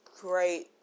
great